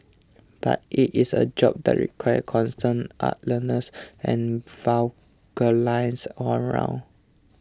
but E it's a job that requires constant alertness and vigilance all round